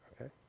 Okay